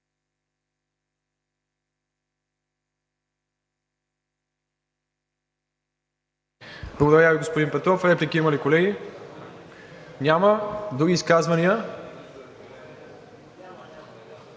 Благодаря Ви, господин Петров. Реплики има ли, колеги? Няма. Други изказвания? Други